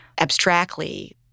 abstractly